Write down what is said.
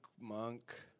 Monk